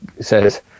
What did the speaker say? says